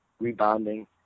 rebounding